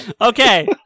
Okay